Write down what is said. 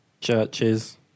Churches